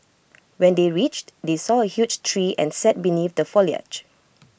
when they reached they saw A huge tree and sat beneath the foliage